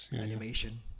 animation